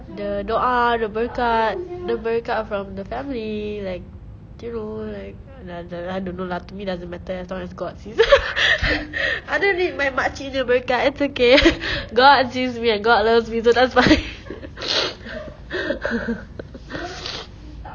the doa the berkat the berkat from the family like you know like another I don't know lah to me doesn't matter as long as got I don't need my makciknya berkat it's okay god sees me and god loves me so that's fine